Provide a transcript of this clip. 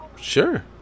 Sure